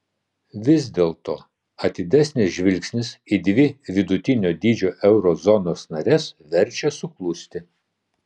vis dėlto atidesnis žvilgsnis į dvi vidutinio dydžio euro zonos nares verčia suklusti